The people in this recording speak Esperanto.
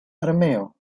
armeo